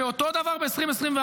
ואותו דבר ב-2024.